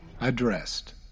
addressed